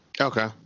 Okay